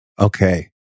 Okay